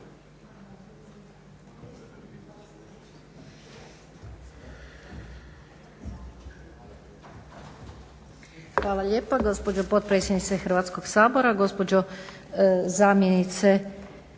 Hvala lijepo gospođo potpredsjednice Hrvatskog sabora. Gospođo zamjenice